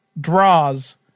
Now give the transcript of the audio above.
Draws